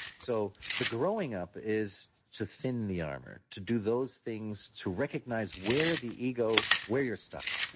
so the growing up is to thin the armor, to do those things, to recognize where the ego, where you're stuck.